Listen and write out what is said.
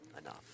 enough